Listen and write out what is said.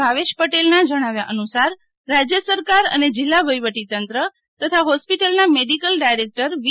ભાવેશ પટેલના જણાવ્યા અનુસાર રાજ્ય સરકાર અને જીલ્લા વહીવટીતંત્ર તથાહોસ્પિટલનાં મેડિકલ ડાયરેક્ટરશ્રી વી